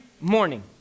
morning